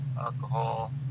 alcohol